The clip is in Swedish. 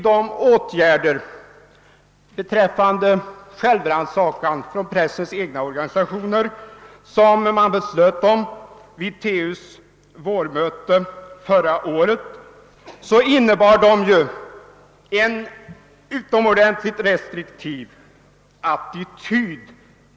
De åtgärder beträffande självrannsakan från pressens egna organisationer som man fattade beslut om vid TU:s vårmöte förra året innebär att man infört en skärpt övervakning.